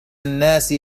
الناس